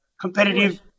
competitive